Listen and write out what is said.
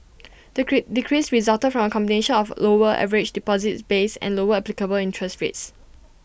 the decrease resulted from combination of lower average deposits base and lower applicable interest rates